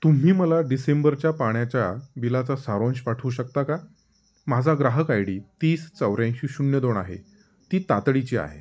तुम्ही मला डिसेंबरच्या पाण्याच्या बिलाचा सारांश पाठवू शकता का माझा ग्राहक आय डी तीस चौऱ्याऐंशी शून्य दोन आहे ती तातडीची आहे